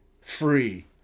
free